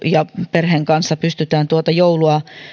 ja perheen kanssa pystytään tuota joulua